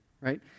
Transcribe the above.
right